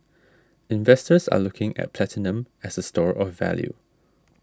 investors are looking at platinum as a store of value